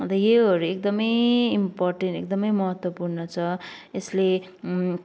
अन्त योहरू एकदमै इम्पोर्टेन्ट एकदमै महत्त्वपूर्ण छ यसले